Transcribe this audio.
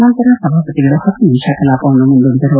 ನಂತರ ಸಭಾಪತಿಗಳು ಹತ್ತು ನಿಮಿಷ ಕಲಾಪವನ್ನುಮುಂದೂಡಿದರು